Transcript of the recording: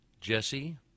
Jesse